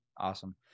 Awesome